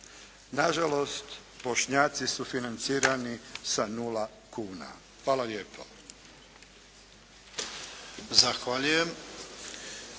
Na žalost Bošnjaci su financirani sa nula kuna. Hvala lijepo.